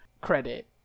credit